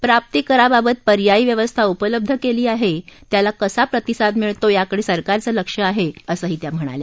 प्राप्तीकराबाबत पर्यायी व्यवस्था उपलब्ध केली आहे त्याला कसा प्रतिसाद मिळतो याकडे सरकारचं लक्ष आहे असंही त्या म्हणाल्या